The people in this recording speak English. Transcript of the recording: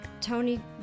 Tony